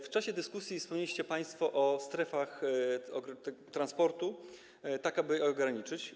W czasie dyskusji wspomnieliście państwo o strefach transportu, tak aby ograniczyć.